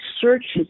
searches